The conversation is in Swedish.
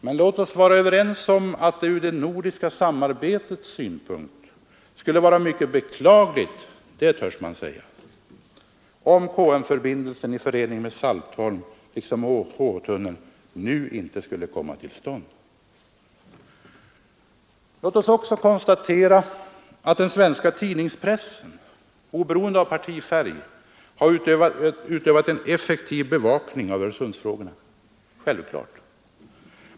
Men låt oss vara överens om att det från det nordiska samarbetets synpunkt skulle vara mycket beklagligt — det törs man säga — om KM-förbindelsen i förening med Saltholm, liksom HH-tunneln nu inte skulle komma till stånd. Låt oss också konstatera att den svenska tidningspressen — oberoende av partifärg — självfallet har utövat en effektiv bevakning av Öresundsfrågorna.